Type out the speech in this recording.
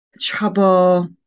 trouble